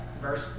Verse